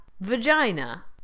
Vagina